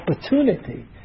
opportunity